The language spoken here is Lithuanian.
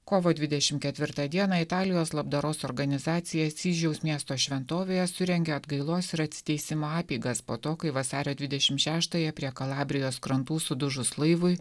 kovo dvidešim ketvirtą dieną italijos labdaros organizacijai asyžiaus miesto šventovėje surengė atgailos ir atsiteisimo apeigas po to kai vasario dvidešim šeštąją prie kalabrijos krantų sudužus laivui